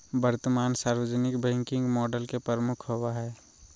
वर्तमान सार्वजनिक banking model में प्रमुख होबो हइ